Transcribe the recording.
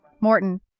Morton